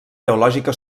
teològica